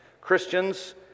Christians